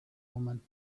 woman